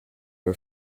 her